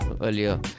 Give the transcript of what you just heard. earlier